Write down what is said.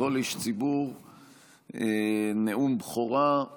אבל גם לשמר איזון אקולוגי נכון ויחסים ראויים בין האדם לבין הסביבה.